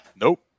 Nope